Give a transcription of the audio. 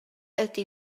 ydy